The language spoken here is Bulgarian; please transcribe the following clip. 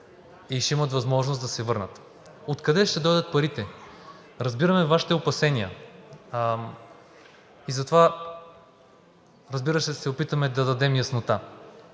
и ще имат възможност да се върнат. Откъде ще дойдат парите? Разбираме Вашите опасения и затова, разбира се, ще се опитаме да дадем яснота.